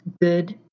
good